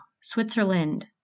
Switzerland